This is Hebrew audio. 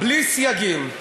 בלי סייגים.